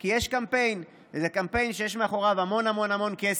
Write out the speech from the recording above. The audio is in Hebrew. כי יש קמפיין שיש מאחוריו המון המון המון כסף.